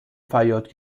فریاد